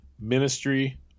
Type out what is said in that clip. Ministry